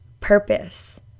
purpose